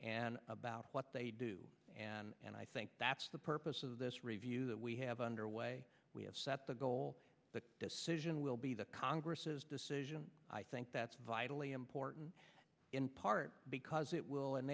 and about what they do and i think that's the purpose of this review that we have underway we have set the goal the decision will be the congress's decision i think that's vitally important in part because it will